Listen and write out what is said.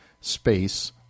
space